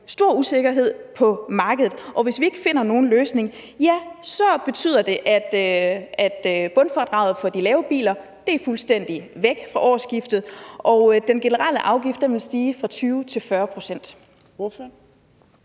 stor usikkerhed på markedet, og at det, hvis vi ikke finder nogen løsning, betyder, at bundfradraget for biler med lav afgift er fuldstændig væk fra årsskiftet, og at den generelle afgift vil stige fra 20 til 40 pct.